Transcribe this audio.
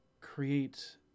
create